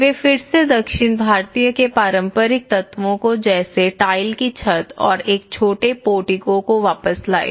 वे फिर से दक्षिण भारतीय के पारंपरिक तत्वों को जैसे टाइल की छत और एक छोटे पोर्टिको को वापस लाए